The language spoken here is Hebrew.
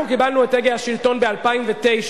אנחנו קיבלנו את הגה השלטון ב-2009,